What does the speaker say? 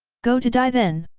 go to die then!